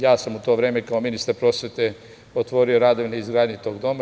Ja sam u to vreme kao ministar prosvete otvorio radove na izgradnji tog doma.